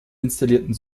installierten